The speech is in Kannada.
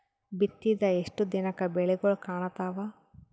ಬಿತ್ತಿದ ಎಷ್ಟು ದಿನಕ ಬೆಳಿಗೋಳ ಕಾಣತಾವ?